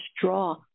draw